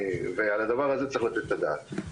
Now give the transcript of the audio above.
ועל הדבר הזה צריך לתת את הדעת.